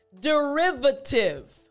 derivative